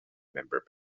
member